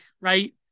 right